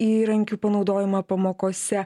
įrankių panaudojimą pamokose